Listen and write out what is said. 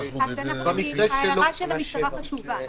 ההערה של המשטרה חשובה.